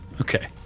Okay